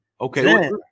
Okay